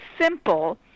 simple